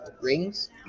Rings